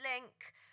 link